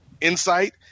insight